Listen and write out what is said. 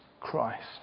Christ